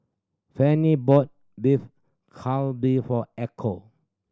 Fanny bought Beef for Echo